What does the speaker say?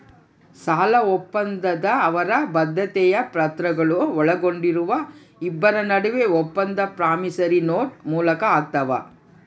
ಸಾಲಒಪ್ಪಂದ ಅವರ ಬದ್ಧತೆಯ ಪತ್ರಗಳು ಒಳಗೊಂಡಿರುವ ಇಬ್ಬರ ನಡುವೆ ಒಪ್ಪಂದ ಪ್ರಾಮಿಸರಿ ನೋಟ್ ಮೂಲಕ ಆಗ್ತಾವ